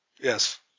Yes